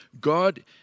God